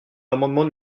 l’amendement